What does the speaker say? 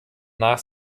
nach